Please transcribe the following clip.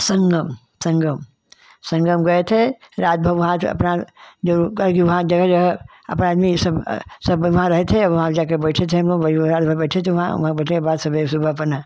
संगम संगम संगम गए थे रात भर वहाँ थे अपना जो वहाँ जगह जगह अपने आदमी सब सब बना रहे थे वहाँ जाकर बैठे थे हम लोग रात भर बैठे थे वहाँ वहाँ बैठने के बाद सुबह सुबह अपना